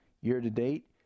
year-to-date